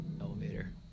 elevator